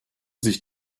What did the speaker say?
sich